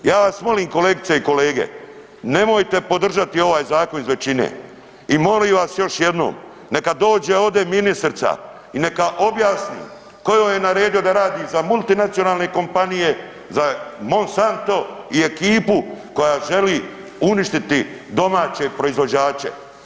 Ja vas molim kolegice i kolege, nemojte podržati ovaj zakon, iz većine i molim vas još jednom, neka dođe ovdje ministrica i neka objasni ko joj je naredio da radi za multinacionalne kompanije, za Monsanto i ekipu koja želi uništiti domaće proizvođače.